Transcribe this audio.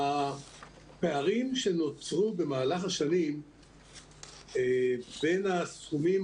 הפערים שנוצרו במהלך השנים בין הסכומים